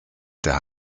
der